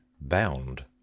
bound